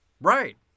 right